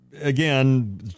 Again